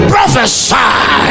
Prophesy